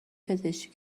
پزشکی